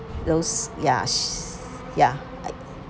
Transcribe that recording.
those yes ya